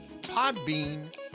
Podbean